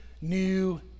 new